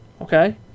okay